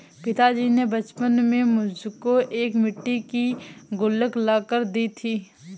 पिताजी ने बचपन में मुझको एक मिट्टी की गुल्लक ला कर दी थी